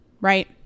Right